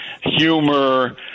humor